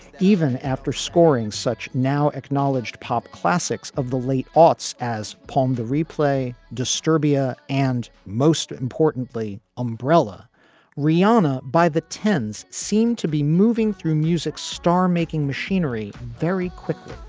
even after scoring such now acknowledged pop classics of the late aughts as pome, the replay disturbia and most importantly, umbrella riana by the tens seemed to be moving through music star making machinery very quickly